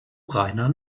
reiner